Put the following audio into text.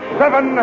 seven